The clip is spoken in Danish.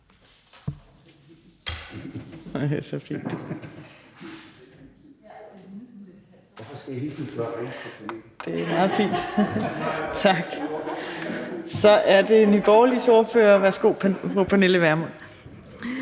Så er det Nye Borgerliges ordfører. Værsgo til fru Pernille Vermund.